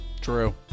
True